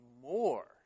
more